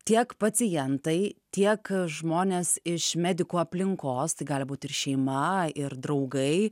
tiek pacientai tiek žmonės iš medikų aplinkos tai gali būt ir šeima ir draugai